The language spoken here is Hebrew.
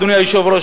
אדוני היושב-ראש,